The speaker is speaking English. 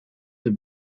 the